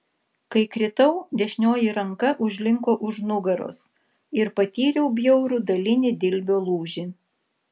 kai kritau dešinioji ranka užlinko už nugaros ir patyriau bjaurų dalinį dilbio lūžį